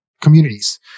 communities